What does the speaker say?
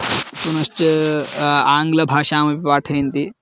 पुनश्चा आङ्ग्लभाषामपि पाठयन्ति